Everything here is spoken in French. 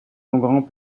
grand